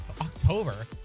October